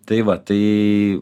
tai va tai